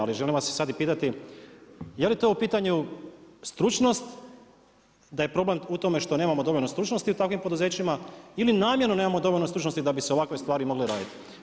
Ali želim vas sad i pitati je li to u pitanju stručnost, da je problem u tome što nemamo dovoljno stručnosti u takvim poduzećima ili namjerno nemamo dovoljno stručnosti da bi se ovakve stvari mogle raditi.